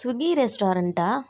Swiggy ரெஸ்டாரெண்ட்டா